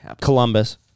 Columbus